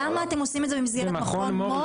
למה אתם עושים את זה במסגרת מכון מור?